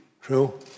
True